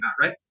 right